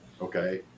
okay